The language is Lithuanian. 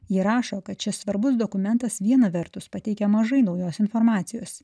ji rašo kad šis svarbus dokumentas viena vertus pateikia mažai naujos informacijos